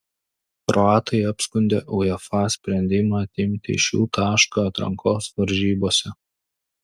kroatai apskundė uefa sprendimą atimti iš jų tašką atrankos varžybose